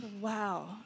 Wow